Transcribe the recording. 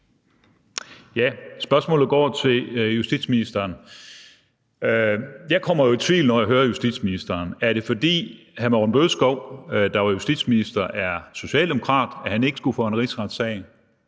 jeg hører justitsministeren, så spørgsmålet til justitsministeren er: Er det, fordi hr. Morten Bødskov, der var justitsminister, er socialdemokrat, at han ikke skulle for en rigsretssag,